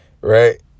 right